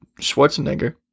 Schwarzenegger